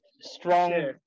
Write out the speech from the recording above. strong